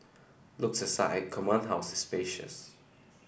looks aside Command House is spacious